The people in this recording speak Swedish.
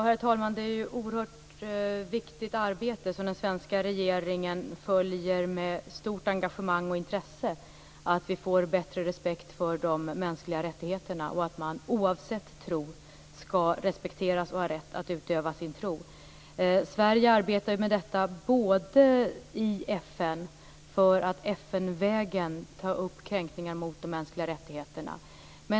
Herr talman! Arbetet med att få bättre respekt för de mänskliga rättigheterna och att man oavsett tro skall respekteras och ha rätt att utöva sin tro är ett oerhört viktigt arbete som den svenska regeringen följer med stort engagemang och intresse. Sverige arbetar med detta i FN, för att FN-vägen ta upp kränkningar mot de mänskliga rättigheterna.